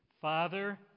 Father